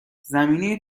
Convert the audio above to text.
زمینه